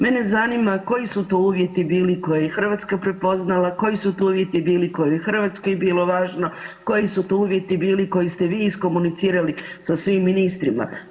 Mene zanima koji su to uvjeti bili koje je Hrvatska prepoznala, koji su to uvjeti bili kojoj je Hrvatskoj bilo važno, koji su to uvjeti bili koje ste vi iskomunicirali sa svim ministrima?